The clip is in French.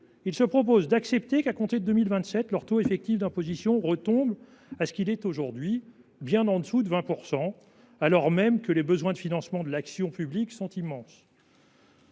mais, en plus, d’accepter qu’à compter de 2027 leur taux effectif d’imposition retombe à ce qu’il est aujourd’hui, bien au dessous de 20 %, alors même que les besoins de financement de l’action publique sont immenses.